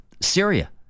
Syria